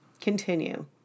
continue